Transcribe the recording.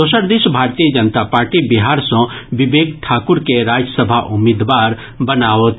दोसर दिस भारतीय जनता पार्टी बिहार सॅ विवेक ठाकुर के राज्यसभा उम्मीदवार बनाओत